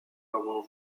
avoir